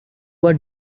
were